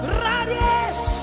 radies